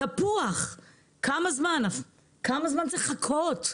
כמה זמן צריך לחכות?